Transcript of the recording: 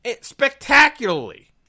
spectacularly